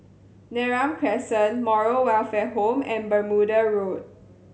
Neram Crescent Moral Welfare Home and Bermuda Road